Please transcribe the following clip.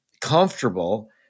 comfortable